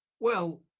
well,